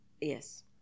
Yes